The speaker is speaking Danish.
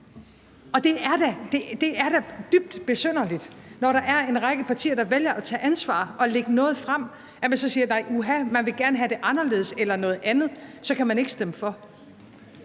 er. Det er da dybt besynderligt, når der er en række partier, der vælger at tage ansvar og lægge noget frem, at man så siger: Nej, uha, man vil gerne have det anderledes eller have noget andet, og så kan man ikke stemme for.